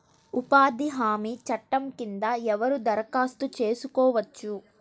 ఉపాధి హామీ చట్టం కింద ఎవరు దరఖాస్తు చేసుకోవచ్చు?